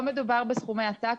לא מדובר בסכומי עתק,